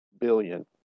billion